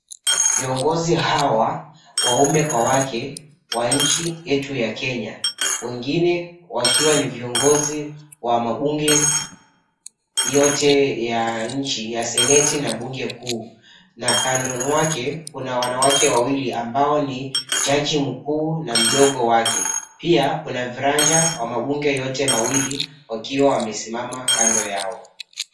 Viongozi hawa waume kwa wake wa nchi yetu ya Kenya. Wengine wakiwa ni viongozi wa mambunge yote ya nchi ya seneti na mbunge kuu na kando mwake kuna wanawake wawili ambao ni jaji mkuu na mdogo wake. Pia kuna viranja mabunge yote mawili wakiwa wamesimama kando yao.